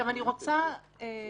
אדוני,